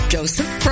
Joseph